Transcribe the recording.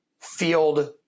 field